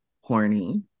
horny